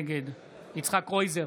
נגד יצחק קרויזר,